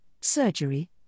surgery